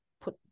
put